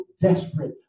desperate